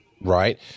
Right